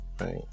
Right